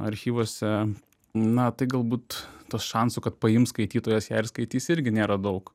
archyvuose na tai galbūt to šansų kad paims skaitytojas ją ir skaitys irgi nėra daug